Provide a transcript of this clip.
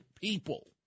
people